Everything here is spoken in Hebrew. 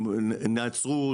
אם נעצרו?